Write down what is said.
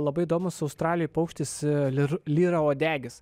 labai įdomus australijoj paukštis lyr lyrauodegis